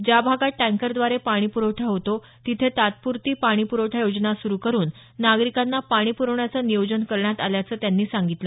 ज्या भागात टँकरद्वारे पाणी पुरवठा होतो तिथे तात्पुरती पाणी पुरवठा योजना सुरु करुन नागरिकांना पाणी प्रवण्याचं नियोजन करण्यात आल्याचं त्यांनी सांगितलं